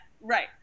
right